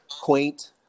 quaint